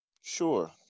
Sure